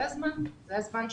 זה הזמן שלנו.